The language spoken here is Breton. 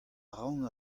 ran